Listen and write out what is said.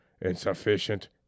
Insufficient